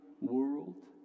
world